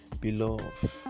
beloved